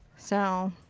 so.